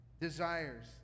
desires